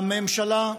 הממשלה,